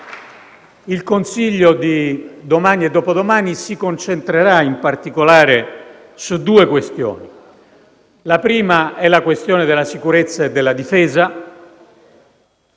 il Consiglio di domani e dopodomani si concentrerà in particolare su due questioni: la prima è la questione della sicurezza e della difesa,